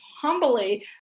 humbly